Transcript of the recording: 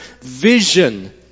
vision